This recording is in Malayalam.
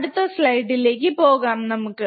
അടുത്ത സ്ലൈഡിലേക്ക് പോകാം നമുക്ക്